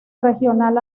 regional